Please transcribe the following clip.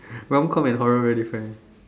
wrong come and horror very different leh